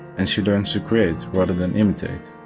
and she learns to create rather than imitate.